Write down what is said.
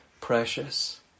precious